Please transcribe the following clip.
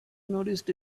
noticed